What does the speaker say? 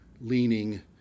leaning